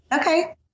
Okay